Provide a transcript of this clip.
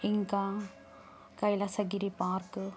ఇంకా కైలాస గిరి పార్క్